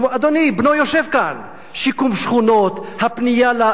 אדוני, בנו יושב כאן, שיקום שכונות, הפנייה,